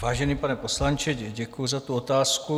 Vážený pane poslanče, děkuji za tu otázku.